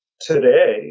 today